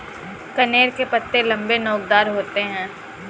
कनेर के पत्ते लम्बे, नोकदार होते हैं